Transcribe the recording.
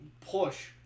push